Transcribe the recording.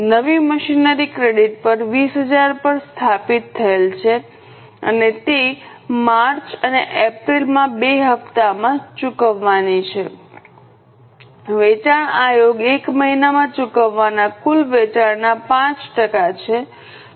નવી machinery credit પર 20000 પર સ્થાપિત થયેલ છે અને તે માર્ચ અને એપ્રિલમાં બે હપ્તામાં ચૂકવવાની છે વેચાણ આયોગ એક મહિનામાં ચૂકવવાના કુલ વેચાણના 5 ટકા છે